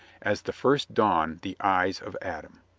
as the first dawn the eyes of adam.